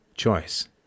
choice